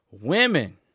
Women